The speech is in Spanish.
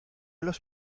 los